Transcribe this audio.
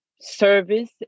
service